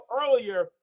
earlier